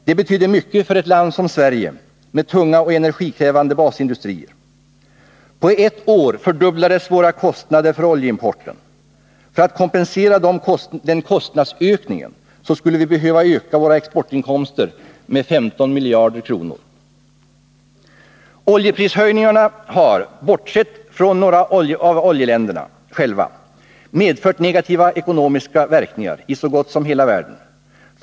Det betydde mycket för ett land som Sverige med tunga och energikrävande basindustrier. På ett år fördubblades våra kostnader för oljeimporten. För att kompensera den kostnadsökningen skulle vi behöva öka våra exportinkomster med 15 miljarder kronor. Oljeprishöjningarna har, bortsett från vad som gäller för några av oljeländerna själva, medfört negativa ekonomiska verkningar i så gott som hela världen.